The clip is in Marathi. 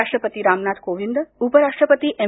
राष्ट्रपती रामनाथ कोविंद उपराष्ट्रपती एम